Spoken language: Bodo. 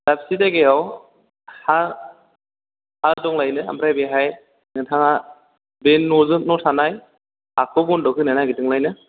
दाबसे जायगायाव दंलायनो ओमफ्राय बेहाय नोंथाङा बे न'जों थानाय हाखौ बन्द'ग होनो नागिददोंलायनो